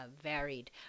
varied